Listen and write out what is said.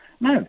no